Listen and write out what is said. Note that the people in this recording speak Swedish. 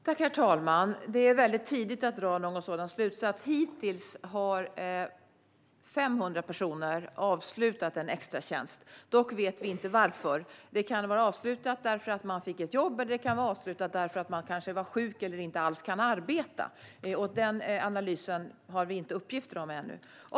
Herr talman! Det är väldigt tidigt att dra någon sådan slutsats. Hittills har 500 personer avslutat en extratjänst. Dock vet vi inte varför - man kan ha avslutat extratjänsten därför att man fick ett jobb, därför att man var sjuk eller därför att man inte alls kan arbeta. Vi har ännu inte uppgifter angående den analysen.